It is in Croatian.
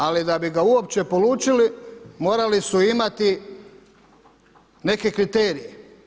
Ali da bi ga uopće polučili morali su imati neke kriterije.